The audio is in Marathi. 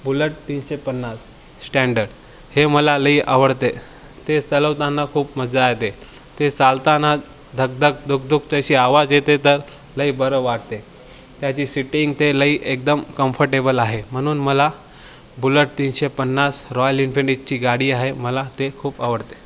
बुलट तीनशे पन्नास स्टँडड हे मला लई आवडते ते चालवताना खूप मज्जा येते ते चालताना धगधग दुकधुक तशी आवाज येते तर लई बरं वाटते त्याची सिटिंग ते लई एकदम कम्फर्टेबल आहे म्हणून मला बुलट तीनशे पन्नास रॉयल इन्फिंडची गाडी आहे मला ते खूप आवडते